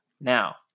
Now